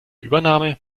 übernahme